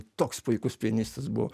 toks puikus pianistas buvo